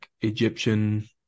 Egyptian